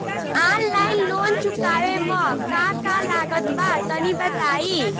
Online loan चुकावे म का का लागत बा तनि बताई?